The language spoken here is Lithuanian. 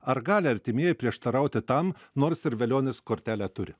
ar gali artimieji prieštarauti tam nors ir velionis kortelę turi